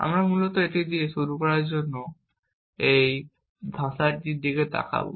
আমরা মূলত এটি দিয়ে শুরু করার জন্য এই ভাষাটির দিকে তাকাব